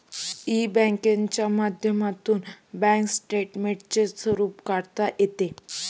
E बँकिंगच्या माध्यमातून bank स्टेटमेंटचे स्वरूप काढता येतं